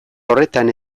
horretan